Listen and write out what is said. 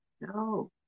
No